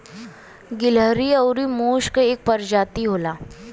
गिलहरी आउर मुस क एक परजाती होला